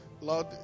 Lord